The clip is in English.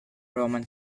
roman